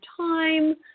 time